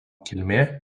kilmė